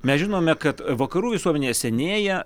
mes žinome kad vakarų visuomenė senėja